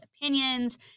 opinions